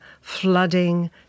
flooding